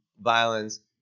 violence